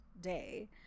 day